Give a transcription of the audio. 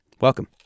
Welcome